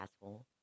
asshole